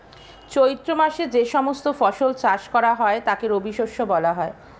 চৈত্র মাসে যে সমস্ত ফসল চাষ করা হয় তাকে রবিশস্য বলা হয়